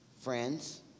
friends